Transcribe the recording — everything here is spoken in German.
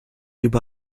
über